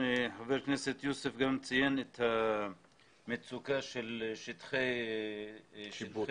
חבר הכנסת יוסף ציין את המצוקה של שטחי שיפוט.